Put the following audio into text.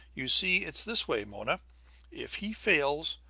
you see, it's this way, mona if he fails,